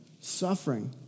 Suffering